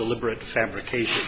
deliberate fabrication